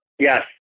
Yes